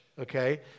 Okay